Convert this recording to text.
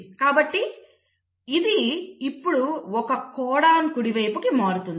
కాబట్టి ఇది ఇప్పుడు ఒక కోడాన్ కుడి వైపుకు మారుతుంది